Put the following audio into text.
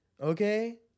Okay